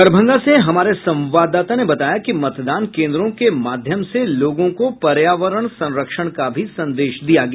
दरभंगा से हमारे संवाददाता ने बताया कि मतदान केन्द्रों के माध्यम से लोगों को पर्यावरण संरक्षण का भी संदेश दिया गया